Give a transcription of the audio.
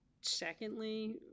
secondly